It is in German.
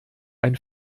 ein